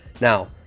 Now